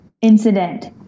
incident